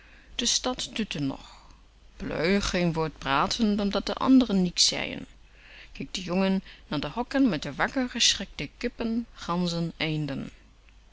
de stad dutte nog bleu geen woord pratend omdat de anderen niks zeien keek de jongen naar de hokken met de wakker geschrikte kippen ganzen eenden